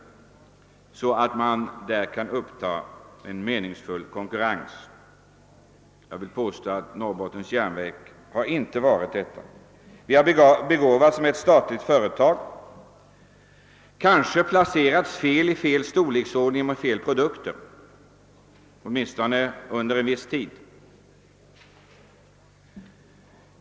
Jag vill påstå att Norrbottens järnverk inte är ett sådant företag. Detta statliga företag har kanske placerats fel, fått fel storleksordning eller fel produktionsinriktning — åtminstone under en viss tid.